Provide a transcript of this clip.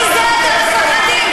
מזה אתם מפחדים?